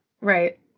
right